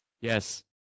Yes